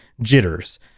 jitters